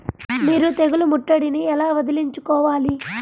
మీరు తెగులు ముట్టడిని ఎలా వదిలించుకోవాలి?